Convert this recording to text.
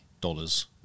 dollars